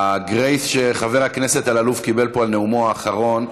ה-grace שחבר הכנסת אלאלוף קיבל פה על נאומו האחרון,